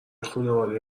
خونواده